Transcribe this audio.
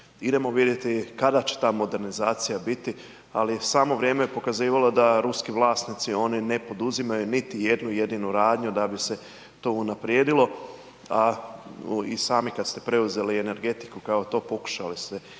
Idemo vidjeti kada će ta modernizacija biti, ali samo vrijeme je pokazivalo da ruski vlasnici, oni ne poduzimaju niti jednu jedinu radnju da bi se to unaprijedilo, a i sami kad ste preuzeli energetiku, kao to pokušali se